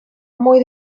muy